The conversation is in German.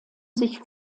sich